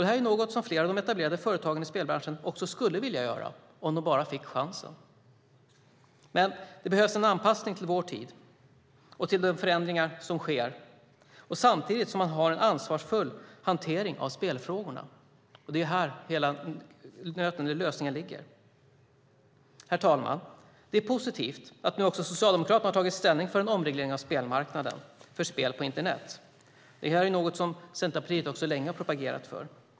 Det är något som flera av de etablerade företagen i spelbranschen också skulle vilja göra om de bara fick chansen. Men det behövs en anpassning till vår tid och till de förändringar som sker, samtidigt som man har en ansvarsfull hantering av spelfrågorna. Det är här hela lösningen ligger. Herr talman! Det är positivt att nu också Socialdemokraterna har tagit ställning för en omreglering av spelmarknaden för spel på internet. Det är något som Centerpartiet länge har propagerat för.